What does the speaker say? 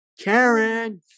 Karen